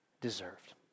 deserved